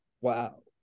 wow